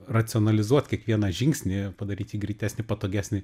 racionalizuot kiekvieną žingsnį padaryt jį greitesnį patogesnį